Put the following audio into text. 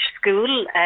School